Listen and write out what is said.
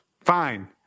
Fine